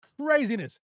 Craziness